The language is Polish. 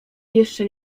jeszcze